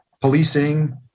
policing